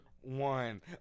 one